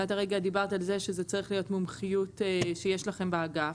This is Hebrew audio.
והרגע דיברת על זה שזה צריך להיות מומחיות שיש לכם באגף.